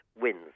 wins